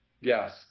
Yes